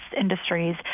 industries